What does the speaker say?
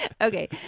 okay